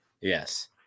Yes